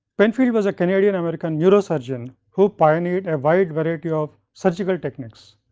penfield was a canadian american neurosurgeon, who pioneered a wide variety of surgical techniques.